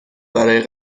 برای